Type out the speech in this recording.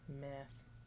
Mess